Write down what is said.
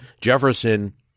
Jefferson